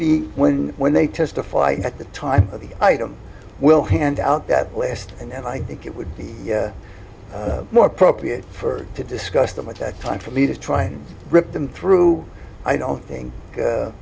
be when when they testify at the time of the item will hand out that list and i think it would be more appropriate for to discuss them at that time for me to try and rip them through i don't think